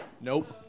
Nope